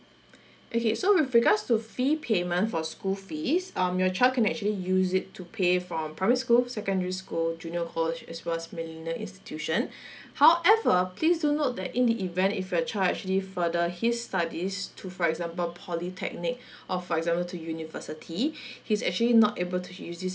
okay so with regards to fee payment for school fees um your child can actually use it to pay for primary school secondary school junior college as well as millennia institution however please do note that in the event if your child further his studies to for example polytechnic or for example to university he's actually not able to use this